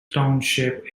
township